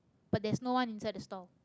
but there's no one inside the store